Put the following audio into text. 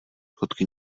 fotky